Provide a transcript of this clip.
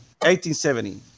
1870